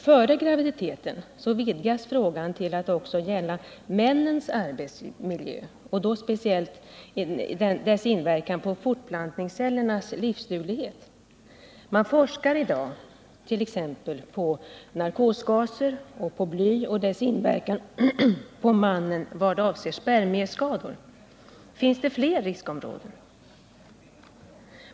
Före graviditeten vidgas frågan till att också gälla männens arbetsmiljö, speciellt dess inverkan på fortplantningscellernas livsduglighet. Man forskar i dag på bl.a. narkosgasernas och blyets inverkan på mannen vad avser spermieskador. Finns det fler riskområden?